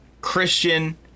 Christian